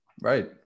Right